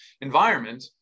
environment